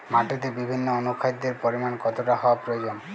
মাটিতে বিভিন্ন অনুখাদ্যের পরিমাণ কতটা হওয়া প্রয়োজন?